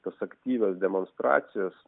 tos aktyvios demonstracijos